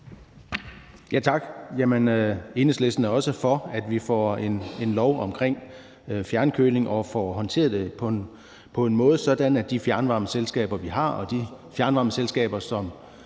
også for, at vi får en lov omkring fjernkøling og får det håndteret på en måde, sådan at de fjernvarmeselskaber, vi har, og de fjernvarmeselskaber,